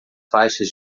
faixas